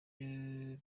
nibyo